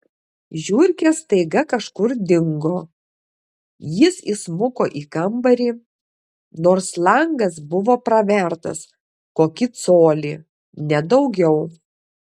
žiurkės staiga kažkur dingo jis įsmuko į kambarį nors langas buvo pravertas kokį colį ne daugiau